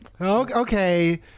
okay